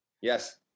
Yes